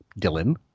Dylan